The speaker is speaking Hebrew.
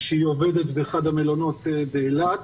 שהיא עובדת באחד המלונות באילת,